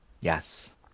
Yes